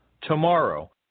Tomorrow